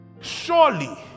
Surely